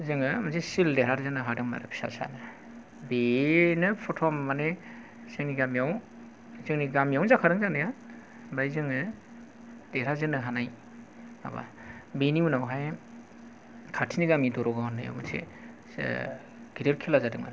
जोङो मोनसे सिल्ड देरहाजेननो हादोंमोन आरो फिसासानो बेनो प्र'थम माने जोंनि गामियावनो जाखादों जानाया ओमफ्राय जोङो देरहाजेननो हानाय माबा बेनि उनावहाय खाथिनि गामि दर'गाव होन्नायाव मोनसे गिदिर खेला जादोंमोन